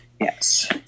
Yes